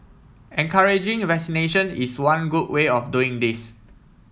encouraging vaccination is one good way of doing this